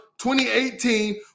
2018